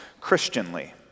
Christianly